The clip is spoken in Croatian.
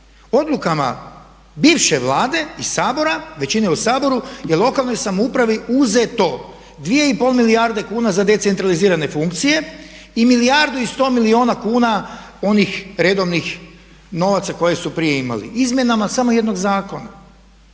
odlukama bivše Vlade i Sabora, većine u Saboru je lokalnoj samoupravi uzeto 2 i pol milijarde kuna za decentralizirane funkcije i milijardu i sto milijuna kuna onih redovnih novaca koje su prije imali izmjenama samo jednog zakona.